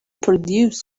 produced